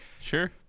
sure